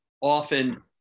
often